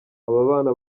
ababana